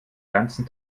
ganzen